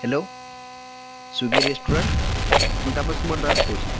hello Swiggy restaurant ମୁଁ ତାପସ କୁମାର ଦାସ କହୁଛି